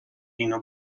اینا